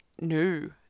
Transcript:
new